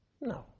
No